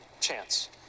chance